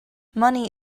money